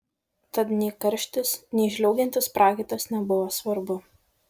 tad nei karštis nei žliaugiantis prakaitas nebuvo svarbu